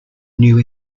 new